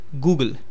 Google